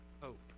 hope